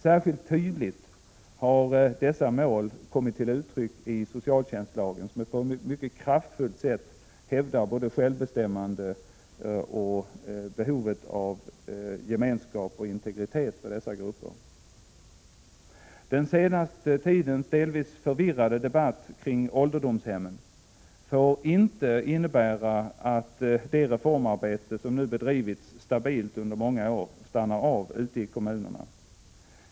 Särskilt tydligt har dessa mål kommit till uttryck i socialtjänstlagen, som mycket kraftfullt hävdar både självbestämmandet och behovet av gemenskap och integritet för dessa grupper. Den senaste tidens delvis förvirrade debatt om ålderdomshemmen får inte innebära att det reformarbete stannar av som stabilt har bedrivits under många år ute i kommunerna.